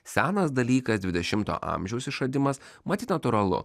senas dalykas dvidešimto amžiaus išradimas matyt natūralu